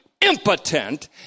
impotent